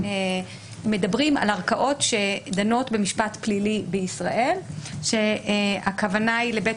מדברים על ערכאות שדנות במשפט פלילי בישראל כאשר הכוונה היא לבית